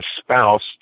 spouse